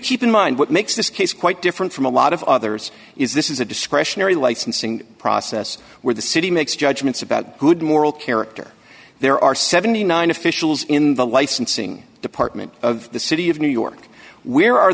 keep in mind what makes this case quite different from a lot of others is this is a discretionary licensing process where the city makes judgments about good moral character there are seventy nine officials in the lights unsing department of the city of new york where are